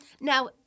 Now